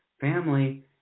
family